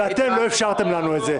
ואתם לא אפשרתם לנו את זה.